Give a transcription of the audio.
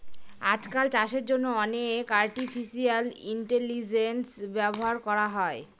আজকাল চাষের জন্য অনেক আর্টিফিশিয়াল ইন্টেলিজেন্স ব্যবহার করা হয়